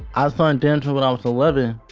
ah so and dancing when i was eleven.